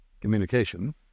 communication